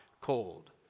cold